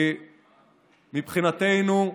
מבחינתנו,